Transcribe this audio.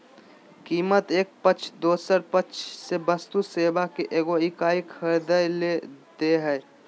कीमत एक पक्ष दोसर पक्ष से वस्तु सेवा के एगो इकाई खरीदय ले दे हइ